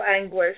anguish